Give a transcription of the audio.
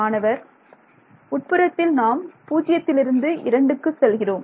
மாணவர் உள்புறத்தில் நாம் 0 விலிருந்து 2 க்கு செல்கிறோம்